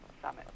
Summit